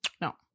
No